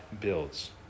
builds